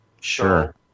Sure